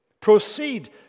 proceed